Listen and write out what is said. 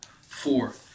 four